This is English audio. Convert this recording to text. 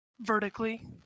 vertically